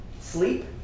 sleep